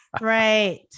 right